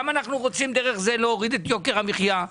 גם אנחנו רוצים דרך זה להוריד את יוקר המחיה.